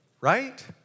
right